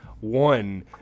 one